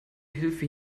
hilfe